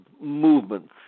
movements